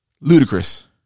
ludicrous